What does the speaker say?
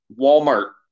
Walmart